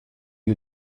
gli